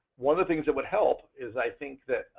one of the things that would help is i think that